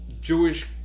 Jewish